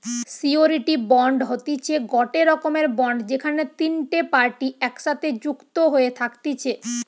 surety bond হতিছে গটে রকমের বন্ড যেখানে তিনটে পার্টি একসাথে যুক্ত হয়ে থাকতিছে